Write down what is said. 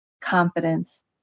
confidence